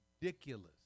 Ridiculous